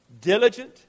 diligent